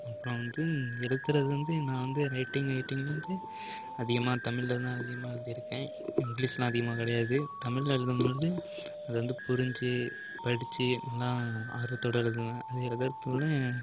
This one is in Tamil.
அப்புறம் வந்து எழுதுகிறது வந்து நான் வந்து ரைட்டிங் ரைட்டிங்குனு வந்து அதிகமாக தமிழில் தான் அதிகமாக எழுதியிருக்கேன் இங்கிலீஷுலாம் அதிகமாக கிடையாது தமிழில் எழுதும்போது அது வந்து புரிஞ்சு படித்து நல்லா ஆர்வத்தோடு எழுதுவேன் அது எழுதுறதுக்குள்ளேயும்